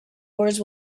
words